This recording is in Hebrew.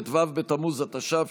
ט"ו בתמוז התש"ף,